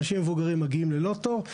אנשים מבוגרים מגיעים ללא תור.